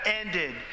ended